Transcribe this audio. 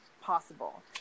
possible